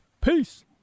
Peace